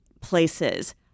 places